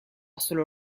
solo